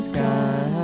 Sky